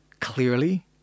clearly